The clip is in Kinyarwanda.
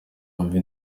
wumve